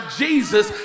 jesus